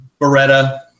beretta